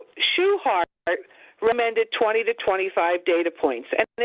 shewhart recommended twenty to twenty five data points. and